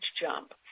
jump